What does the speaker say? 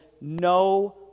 no